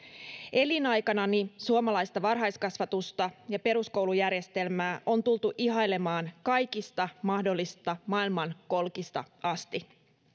elinaikanani suomalaista varhaiskasvatusta ja peruskoulujärjestelmää on tultu ihailemaan kaikista mahdollisista maailmankolkista asti